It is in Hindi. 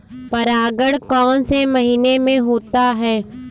परागण कौन से महीने में होता है?